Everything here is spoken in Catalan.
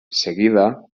seguida